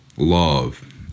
love